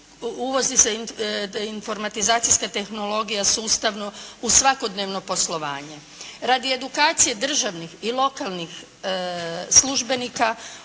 uvozi se informatizacijska tehnologija sustavno u svakodnevno poslovanje. Radi edukacije državnih i lokalnih službenika